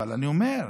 אבל אני אומר,